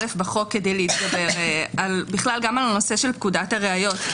בחוק כדי להתגבר גם על הנושא של פקודת הראיות.